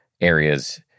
areas